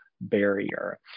barrier